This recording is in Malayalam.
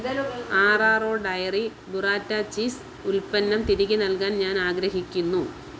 R R O dairy burrata cheese ഉൽപ്പന്നം തിരികെ നൽകാൻ ഞാൻ ആഗ്രഹിക്കുന്നു